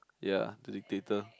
ya the dictator